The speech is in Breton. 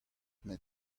met